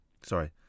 Sorry